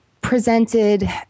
presented